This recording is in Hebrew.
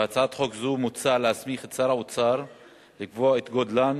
בהצעת חוק זו מוצע להסמיך את שר האוצר לקבוע את גודלן